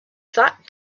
that